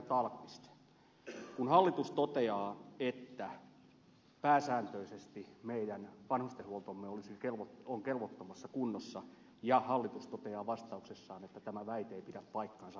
tallqvist kun oppositio toteaa että pääsääntöisesti meidän vanhustenhuoltomme on kelvottomassa kunnossa ja hallitus toteaa vastauksessaan että tämä väite ei pidä paikkaansa ed